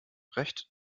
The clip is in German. recht